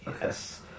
Yes